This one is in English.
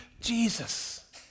Jesus